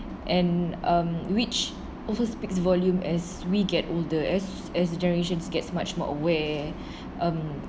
and um which also speaks volume as we get older as generations gets much more aware